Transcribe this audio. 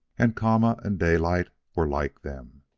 and kama and daylight were like them.